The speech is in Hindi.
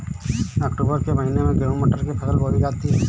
अक्टूबर के महीना में गेहूँ मटर की फसल बोई जाती है